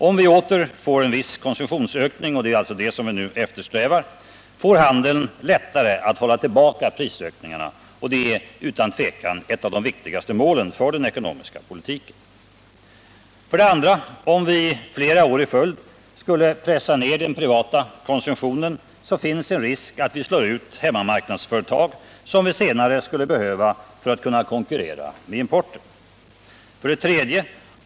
Om vi åter får en viss konsumtionsökning, vilket vi nu eftersträvar, får handeln lättare att hålla tillbaka prisökningarna. Detta är utan tvekan ett av de viktigaste målen för den ekonomiska politiken. 2. Om vi flera år i följd skulle pressa ned den privata konsumtionen finns det risk för att vi slår ut hemmamarknadsföretag, som vi senare skulle behöva för att kunna konkurrera med importen. 3.